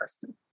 person